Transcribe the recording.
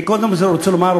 אני קודם רוצה לומר,